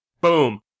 Boom